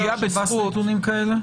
יש לשב"ס נתונים כאלה?